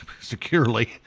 securely